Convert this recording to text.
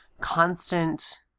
constant